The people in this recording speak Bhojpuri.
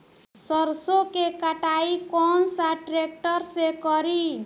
सरसों के कटाई कौन सा ट्रैक्टर से करी?